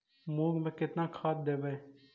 मुंग में केतना खाद देवे?